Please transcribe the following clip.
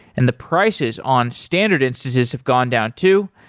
and the prices on standard instances have gone down too.